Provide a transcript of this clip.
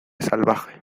salvaje